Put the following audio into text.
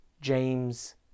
James